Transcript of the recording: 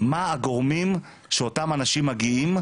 מה הגורמים שאותם אנשים מגיעים,